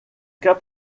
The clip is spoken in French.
cas